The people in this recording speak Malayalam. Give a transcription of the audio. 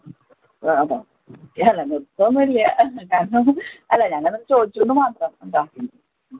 ഏയ് അല്ല നിർത്തുകയൊന്നുമില്ല കാരണം അല്ല ഞങ്ങൾ ഒന്നു ചോദിച്ചു എന്നു മാത്രം കേട്ടോ